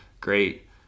great